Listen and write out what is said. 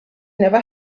never